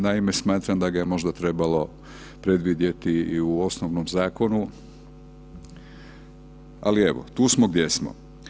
Naime, smatram da ga je možda trebalo predvidjeti i u osnovnom zakonu, ali evo tu smo gdje smo.